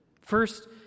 First